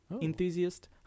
enthusiast